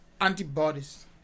antibodies